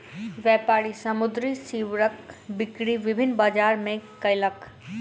व्यापारी समुद्री सीवरक बिक्री विभिन्न बजार मे कयलक